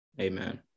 Amen